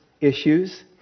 issues